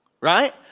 right